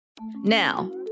Now